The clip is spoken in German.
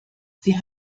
sie